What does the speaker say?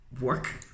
work